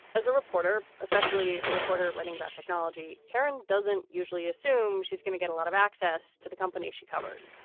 as a reporter, especially a reporter writing about technology. karen doesn't usually assume she's gonna get a lot of access to the company. she covers,